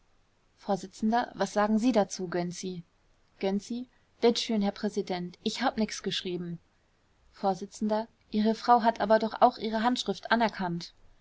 vors was sagen sie dazu gönczi gönczi bitt schön herr präsident ich hab nix geschrieben vors ihre frau hat aber doch auch ihre handschrift anerkannt